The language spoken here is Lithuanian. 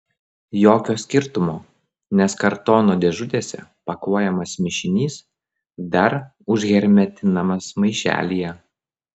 jokio skirtumo nes kartono dėžutėse pakuojamas mišinys dar užhermetinamas maišelyje